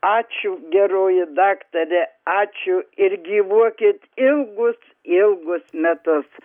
ačiū geroji daktarė ačiū ir gyvuokit ilgus ilgus metus